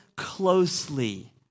closely